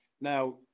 Now